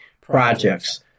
projects